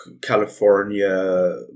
California